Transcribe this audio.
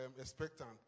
expectant